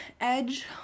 edge